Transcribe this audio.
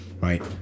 right